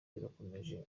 kirakomeje